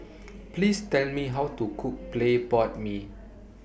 Please Tell Me How to Cook Clay Pot Mee